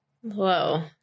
Whoa